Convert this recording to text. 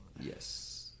Yes